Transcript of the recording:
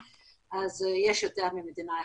אז יש יותר ממדינה אחת.